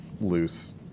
loose